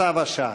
צו השעה.